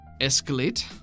escalate